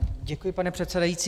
Děkuji, pane předsedající.